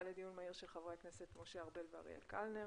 לדיון מהיר של ח"כ משה ארבל ואריאל קלנר.